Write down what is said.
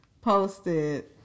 posted